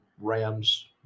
rams